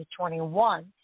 2021